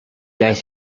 that